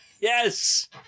yes